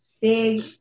big